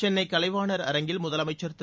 சென்னை கலைவாணர் அரங்கில் முதலமைச்சர் திரு